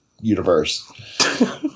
universe